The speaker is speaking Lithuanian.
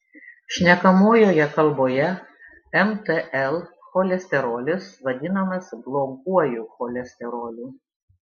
šnekamojoje kalboje mtl cholesterolis vadinamas bloguoju cholesteroliu